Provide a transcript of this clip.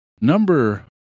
Number